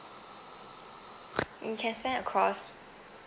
you can spend across